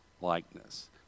likeness